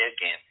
again